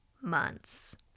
months